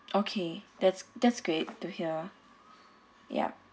okay that's that's great to hear yup